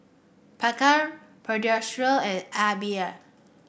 Picard Pediasure and AIBI